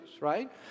right